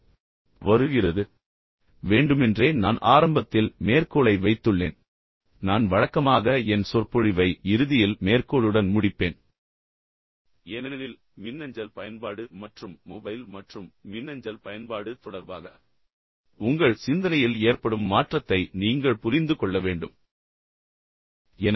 இப்போது அவர் முன்னிலைப்படுத்த முயற்சிக்கிறார் பின்னர் வேண்டுமென்றே நான் ஆரம்பத்தில் மேற்கோளை வைத்துள்ளேன் நான் வழக்கமாக என் சொற்பொழிவை இறுதியில் மேற்கோளுடன் முடிக்கும் விதத்திற்கு பதிலாக ஏனெனில் மின்னஞ்சல் பயன்பாடு மற்றும் பொதுவாக மொபைல் மற்றும் மின்னஞ்சல் பயன்பாடு தொடர்பாக உங்கள் சிந்தனையில் ஏற்படும் மாற்றத்தை நீங்கள் புரிந்து கொள்ள வேண்டும் என்று நான் விரும்புகிறேன்